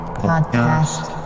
podcast